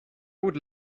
would